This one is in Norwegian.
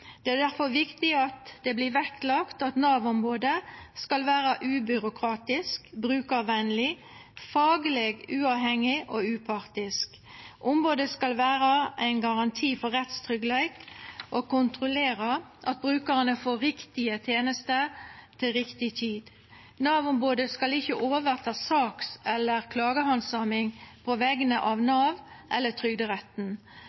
Det er difor viktig at det vert lagt vekt på at Nav-ombodet skal vera ubyråkratisk, brukarvennleg, fagleg uavhengig og upartisk. Ombodet skal vera ein garanti for rettstryggleik og kontrollera at brukarane får riktige tenester til riktig tid. Nav-ombodet skal ikkje overta saks- eller klagehandsaminga på vegner av